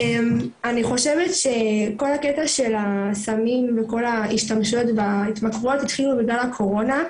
אני חושבת שכל הקטע של הסמים וההתמכרויות התחיל בגלל הקורונה.